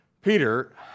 Peter